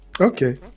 okay